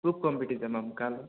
ಊದ್ಕೊಂಡ್ಬಿಟ್ಟಿದೆ ma'am ಕಾಲು